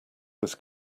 was